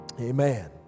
Amen